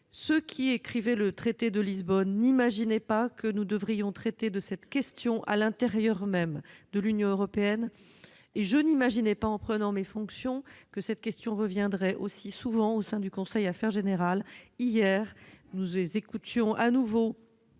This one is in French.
Ceux qui ont rédigé le traité de Lisbonne n'imaginaient pas que nous aurions un jour à traiter de cette question à l'intérieur même de l'Union européenne. Pour ma part, je n'imaginais pas, en prenant mes fonctions, que cette question reviendrait aussi souvent au sein du conseil Affaires générales. Hier, nous entendions à nouveau